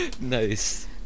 nice